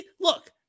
Look